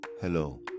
Hello